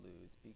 lose